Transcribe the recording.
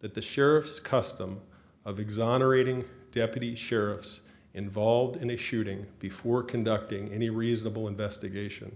that the sheriff's custom of exonerating deputy sheriffs involved in a shooting before conducting any reasonable investigation